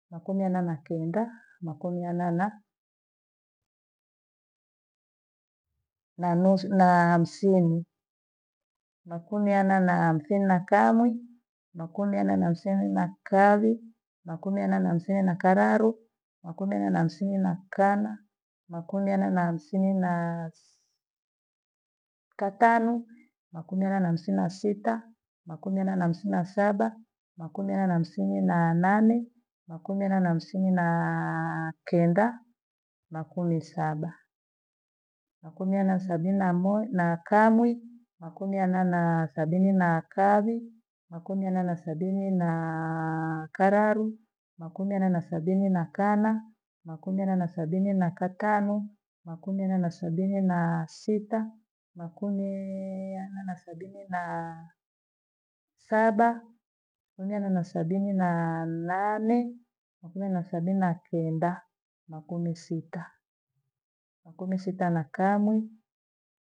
Makumiana na kenda. Makumiana na nusu- nahamsini. Makumiana na hamsini na kamwi. Makumiana na hamsini na kawi. Makumiana na hamsini na kararu. Makumiana na hamsini na kana. Makumiana na hamsini na si- katano. Makumiana na hamsini na sita. Makumiana na hamsini na saba atamu na saba. Makumiana na hamsini na nane atamu na ana. Makumiana na hamsini naaa kenda. Makumi saba Makumiana sabini na moja- na kamwi. Makumiana na thabini na kawi. Makumiana na sabini na kararu. Makumiana na sabini na kana. Makumiana na sabini na katanu. Makumiana na sabini na sita. Makumiiana na sabini na saba. Makumiana na sabini na- na nane. Makumiana na sabini na kenda. Makumisita. Makumisita na kamwi.